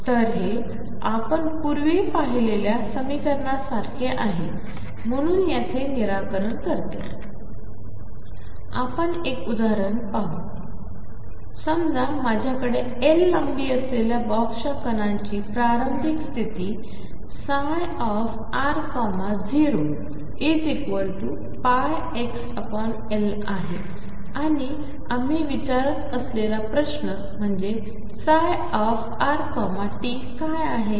तर हेआपणपूर्वीपाहिलेल्यासमीकरणासारखेआहेम्हणूनहेयाचेनिराकरणकरते आपणएकउदाहरणघेऊ समजामाझ्याकडेLलांबीअसलेल्याबॉक्सच्याकणांचीप्रारंभिकस्थितीr0πxLआहेआणिआम्हीविचारतअसलेलाप्रश्नम्हणजेψrtकायआहे